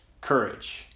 courage